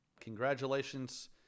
Congratulations